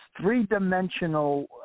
three-dimensional